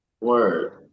Word